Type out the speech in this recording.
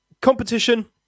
competition